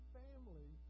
family